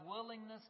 willingness